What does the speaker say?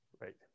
right